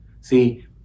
See